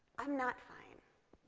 i'm not fine.